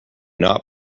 not